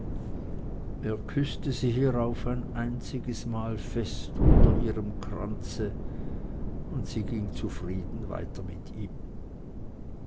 er küßte sie hierauf ein einziges mal fest unter ihrem kranze und sie ging zufrieden weiter mit ihm